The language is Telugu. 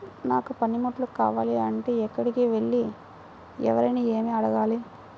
నాకు పనిముట్లు కావాలి అంటే ఎక్కడికి వెళ్లి ఎవరిని ఏమి అడగాలి?